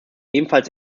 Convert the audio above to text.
ebenfalls